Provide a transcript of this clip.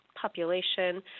population